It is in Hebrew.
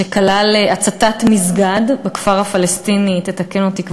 שכלל הצתת מסגד בכפר הפלסטיני, תתקן אותי,